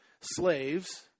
slaves